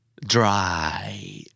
Dry